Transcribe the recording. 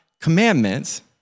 commandments